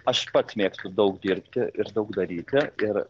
aš pats mėgstu daug dirbti ir daug daryti ir